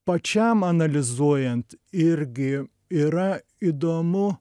pačiam analizuojant irgi yra įdomu